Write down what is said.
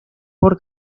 por